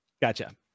Gotcha